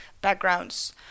backgrounds